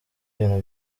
ibintu